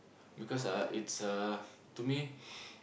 because uh it's uh to me